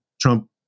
Trump